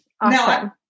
Awesome